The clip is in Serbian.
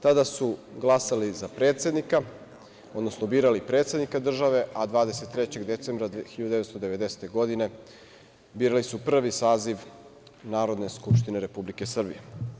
Tada su glasali za predsednika, odnosno birali predsednika države, a 23. decembra 1990. godine birali su Prvi saziv Narodne skupštine Republike Srbije.